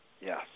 yes